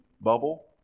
bubble